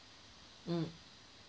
mm